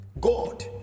God